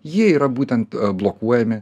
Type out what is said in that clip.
jie yra būtent blokuojami